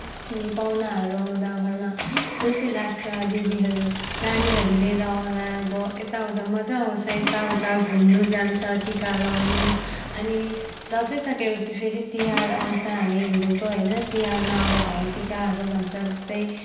अनि पाहुनाहरू आउँदा घरमा खुसी लाग्छ दिदीहरू नानीहरू लिएर आउँदा अब यता उता मज्जा आउँछ यता उता घुम्नु जान्छ टिका लगाउनु अनि दसैँ सकिए पछि फेरि तिहार आउँछ हामी हिन्दूको होइन तिहारमा अब भाइटिकाहरू भन्छ जस्तै